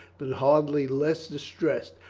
but hardly less distressed,